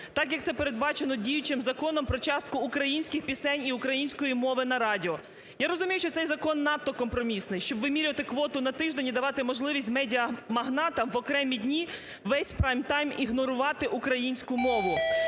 так як це передбачено діючим Законом про частку українських пісень і української мови на радіо. Я розумію, що цей закон надто компромісний, щоб вимірювати квоту на тиждень і давати можливість медіамагнатам в окремі дні весь прайм-тайм ігнорувати українську мову.